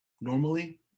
normally